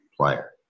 player